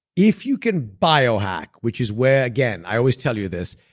if you can bio-hack, which is where, again, i always tell you this,